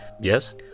Yes